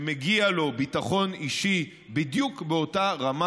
שמגיע לו ביטחון אישי בדיוק באותה רמה